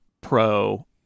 Pro